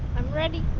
i'm ready.